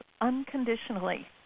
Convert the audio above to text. unconditionally